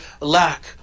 lack